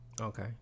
Okay